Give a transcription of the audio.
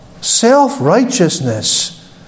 Self-righteousness